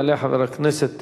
יעלה חבר הכנסת